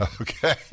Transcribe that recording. Okay